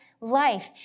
life